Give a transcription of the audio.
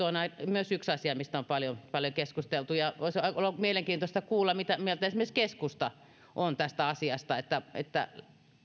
on myös yksi asia mistä on paljon paljon keskusteltu ja voisi olla mielenkiintoista kuulla mitä mieltä esimerkiksi keskusta on tästä asiasta että että